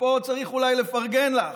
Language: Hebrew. ופה צריך אולי לפרגן לך.